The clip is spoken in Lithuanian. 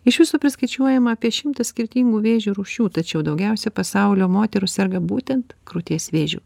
iš viso priskaičiuojama apie šimtą skirtingų vėžio rūšių tačiau daugiausiai pasaulio moterų serga būtent krūties vėžiu